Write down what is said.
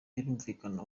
birumvikana